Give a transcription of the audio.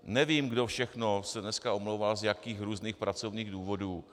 Nevím, kdo všechno se dneska omlouval, z jakých různých pracovních důvodů.